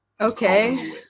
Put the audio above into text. Okay